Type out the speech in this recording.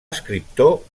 escriptor